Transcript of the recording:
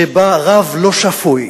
שבה רב לא שפוי